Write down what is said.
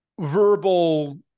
verbal